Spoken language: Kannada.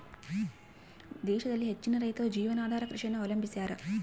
ದೇಶದಲ್ಲಿ ಹೆಚ್ಚಿನ ರೈತರು ಜೀವನಾಧಾರ ಕೃಷಿಯನ್ನು ಅವಲಂಬಿಸ್ಯಾರ